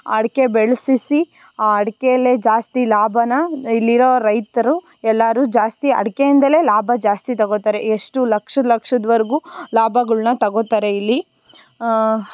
ಅಡಿಕೆ ಬೆಳೆಸಿಸಿ ಆ ಅಡಿಕೆಯಲ್ಲೇ ಜಾಸ್ತಿ ಲಾಭಾನ ಇಲ್ಲಿರೋ ರೈತರು ಎಲ್ಲರೂ ಜಾಸ್ತಿ ಅಡಿಕೆಯಿಂದಲೇ ಲಾಭ ಜಾಸ್ತಿ ತಗೋತಾರೆ ಎಷ್ಟು ಲಕ್ಷದ್ವರೆಗೂ ಲಾಭಗಳ್ನ ತಗೋತಾರೆ ಇಲ್ಲಿ